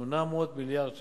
800 מיליארד שקל,